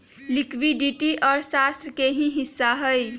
liquidity अर्थशास्त्र के ही हिस्सा हई